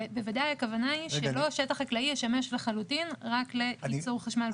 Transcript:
ובוודאי הכוונה היא שלא שטח חקלאי ישמש לחלוטין רק לייצור חשמל.